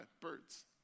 birds